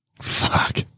Fuck